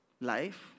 life